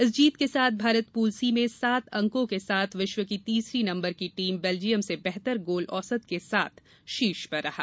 इस जीत के साथ भारत पूल सी में सात अंकों के साथ विश्व की तीसरे नम्बर की टीम बेल्जियम से बेहतर गोल औसत के साथ शीर्ष पर रहा